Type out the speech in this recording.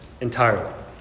entirely